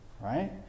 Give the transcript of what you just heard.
right